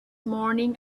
morning